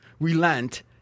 relent